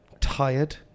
Tired